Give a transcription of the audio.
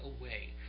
away